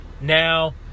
Now